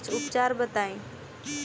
कुछ उपचार बताई?